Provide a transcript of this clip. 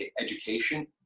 education